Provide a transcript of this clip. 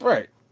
Right